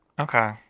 okay